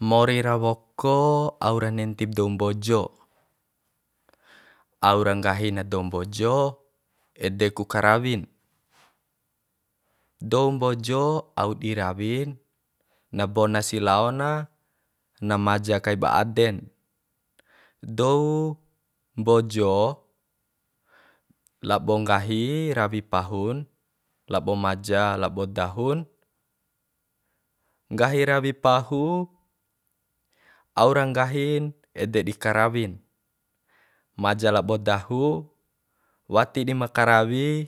Mori ra woko au ra nentib dou mbojo au ra nggahi na dou mbojo ede ku karawin dou mbojo au di rawi labona si laona na maja kaiba aden dou mbojo labo nggahi rawi pahun labo maja labo dahun nggahi rawi pahu au ra nggahim ede di karawin maja labo dahu wati dima karawi